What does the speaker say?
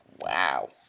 Wow